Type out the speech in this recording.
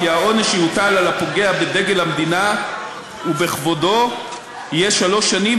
כי העונש שיוטל על הפוגע בדגל המדינה ובכבודו יהיה מאסר שלוש שנים,